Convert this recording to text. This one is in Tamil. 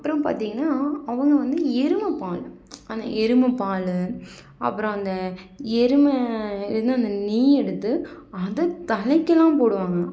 அப்புறம் பார்த்தீங்கனா அவங்க வந்து எருமைப்பால் அந்த எருமை பால் அப்புறம் அந்த எருமை எதுன்னா அந்த நெய்யெடுத்து அதை தலைக்கெலாம் போடுவாங்கலாம்